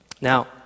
Now